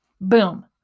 boom